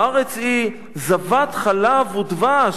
הארץ היא זבת חלב ודבש,